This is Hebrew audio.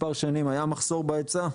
ואכן, מספר שנים היה מחסור בהיצע.